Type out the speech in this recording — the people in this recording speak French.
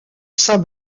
saint